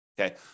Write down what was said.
Okay